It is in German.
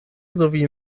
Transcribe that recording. sowie